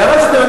הערה שנייה,